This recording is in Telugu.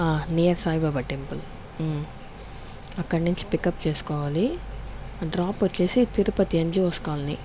నియర్ సాయిబాబా టెంపుల్ అక్కడి నుంచి పిక్అప్ చేసుకోవాలి డ్రాప్ వచ్చేసి తిరుపతి ఎన్జీవోస్ కాలనీ